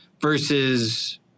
versus